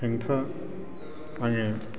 हेंथा आङो